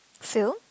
fail